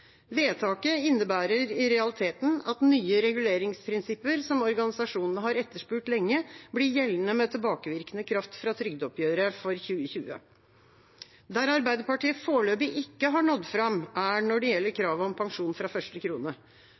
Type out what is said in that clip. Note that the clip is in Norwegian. Vedtaket innebærer i realiteten at nye reguleringsprinsipper, som organisasjonene har etterspurt lenge, blir gjeldende med tilbakevirkende kraft fra trygdeoppgjøret for 2020. Der Arbeiderpartiet foreløpig ikke har nådd fram, er når det gjelder kravet om pensjon fra første krone.